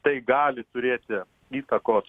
tai gali turėti įtakos